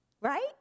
right